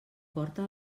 porta